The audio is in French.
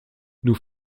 nous